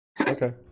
Okay